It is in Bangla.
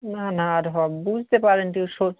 না না আর হবে বুঝতে পারিনি ঠিক